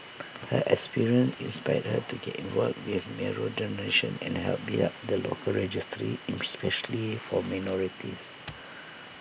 her experience inspired her to get involved with marrow donation and help build up the local registry especially for minorities